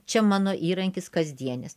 čia mano įrankis kasdienis